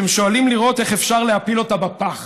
אתם שואלים לראות איך אפשר להפיל אותה בפח.